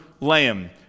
lamb